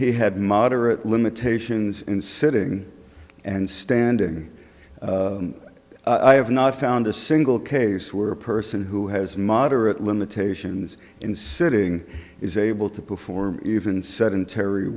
he had moderate limitations in sitting and standing i have not found a single case where a person who has moderate limitations in sitting is able to perform even sedentary